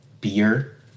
beer